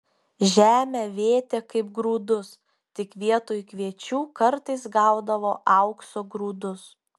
žemę vėtė kaip grūdus tik vietoj kviečių kartais gaudavo aukso grūdus